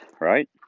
right